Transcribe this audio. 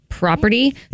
property